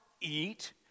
eat